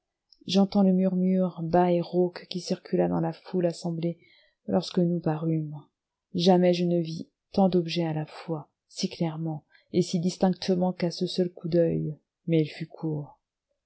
j'entends le murmure bas et rauque qui circula dans la foule assemblée lorsque nous parûmes jamais je ne vis tant d'objets à la fois si clairement si distinctement qu'à ce seul coup d'oeil mais il fut court